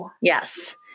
Yes